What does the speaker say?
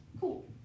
cool